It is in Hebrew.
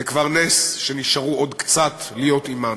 זה כבר נס שנשארו עוד קצת להיות עמנו.